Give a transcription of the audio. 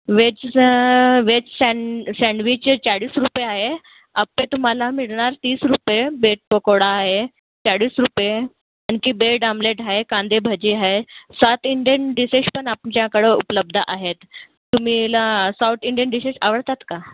veg सं veg सॅन sandwich चाळीस रुपये आहे आप्पे तुम्हाला मिळणार तीस रुपये बेड पकोडा आहे चाळीस रुपये आणखी बेड आम्लेट आहे कांदेभजी आहे सौथ इंडियन डिशेश पण आमच्याकडं उपलब्ध आहेत तुम्हाला सौथ इंडियन डिशेश आवडतात का